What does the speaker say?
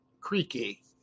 creaky